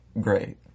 great